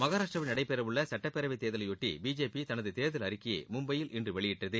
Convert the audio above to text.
மகராஷ்டராவில் நடைபெறவுள்ள பேரவைத் தேர்தலையொட்டி பி ஜே பி தனது தேர்தல் அறிக்கையை மும்பையில் இன்று வெளியிட்டது